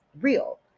real